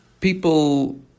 people